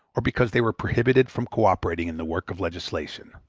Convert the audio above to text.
or because they were prohibited from co-operating in the work of legislation.